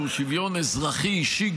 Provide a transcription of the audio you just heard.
שהוא שוויון אזרחי אישי,